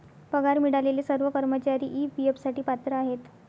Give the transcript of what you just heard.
पगार मिळालेले सर्व कर्मचारी ई.पी.एफ साठी पात्र आहेत